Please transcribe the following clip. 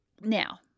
Now